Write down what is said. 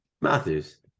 Matthews